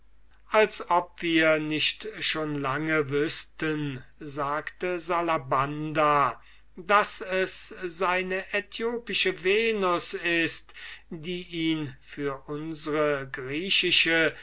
als ob wir nicht schon lange wüßten sagte salabanda daß es seine äthiopische venus ist die ihn für unsre griechische